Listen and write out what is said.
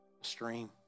stream